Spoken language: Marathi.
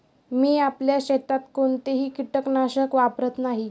मी आपल्या शेतात कोणतेही कीटकनाशक वापरत नाही